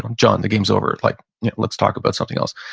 um john, the game's over. like let's talk about something else.